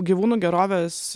gyvūnų gerovės